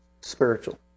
spiritual